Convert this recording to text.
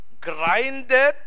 grinded